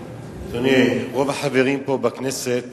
אדוני, רוב החברים פה בכנסת